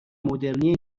مدرنی